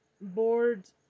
board